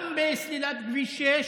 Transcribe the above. גם בסלילת כביש 6,